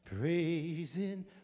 Praising